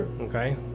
okay